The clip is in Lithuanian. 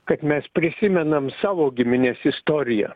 kad mes prisimenam savo giminės istoriją